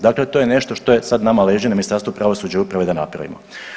Dakle, to je nešto što sad nama leži na Ministarstvu pravosuđa i uprave da napravimo.